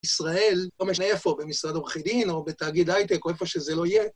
ישראל, לא משנה איפה, במשרד עורכי דין, או בתאגיד הייטק, או איפה שזה לא יהיה.